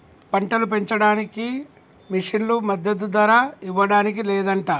పంటలు పెంచడానికి మిషన్లు మద్దదు ధర ఇవ్వడానికి లేదంట